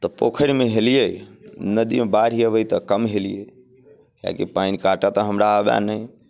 तऽ पोखरिमे हेलियै नदीमे बाढ़ि अबै तऽ कम हेलियै किआकि पानि काटऽ तऽ हमरा आबए नहि